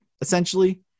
essentially